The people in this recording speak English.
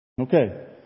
Okay